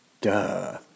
Duh